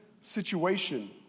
situation